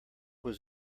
was